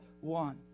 one